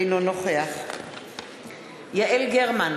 אינו נוכח יעל גרמן,